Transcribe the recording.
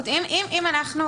יש לזה